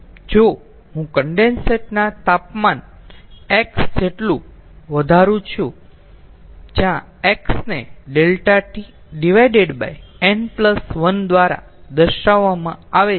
જો હું કન્ડેન્સેટ ના તાપમાન X જેટલું વધારું છું જ્યાં X ને ∆T n 1 દ્વારા દર્શાવવામાં આવે છે